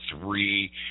three